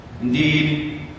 Indeed